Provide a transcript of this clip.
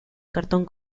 cartón